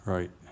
Right